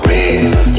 Real